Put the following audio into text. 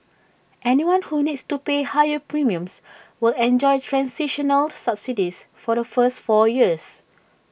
anyone who needs to pay higher premiums will enjoy transitional subsidies for the first four years